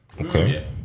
Okay